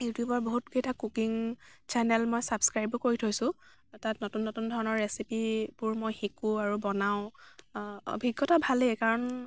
ইউটিউবৰ বহুতকেইটা cooking channel মই চাবস্ক্ৰাইবো কৰি থৈছোঁ তাত নতুন নতুন ধৰণৰ ৰেচিপিবোৰ মই শিকোঁ আৰু বনাওঁ অভিজ্ঞতা ভালেই কাৰণ